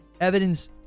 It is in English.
evidence